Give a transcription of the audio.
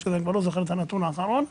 אני כבר לא זוכר את הנתון האחרון,